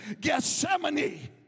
Gethsemane